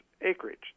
acreage